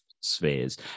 spheres